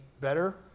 better